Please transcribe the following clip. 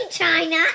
China